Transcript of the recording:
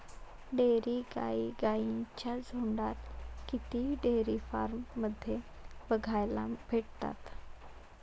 dairy गाई गाईंच्या झुन्डात किंवा डेयरी फार्म मध्ये बघायला भेटतात